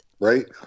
Right